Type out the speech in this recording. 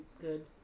good